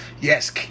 Yes